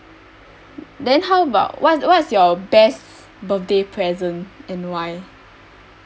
then how about what's what's your best birthday present and why